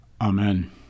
Amen